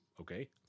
okay